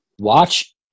watch